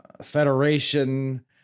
Federation